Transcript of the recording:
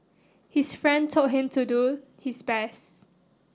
his friend told him to do his best